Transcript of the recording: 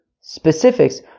specifics